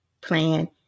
plan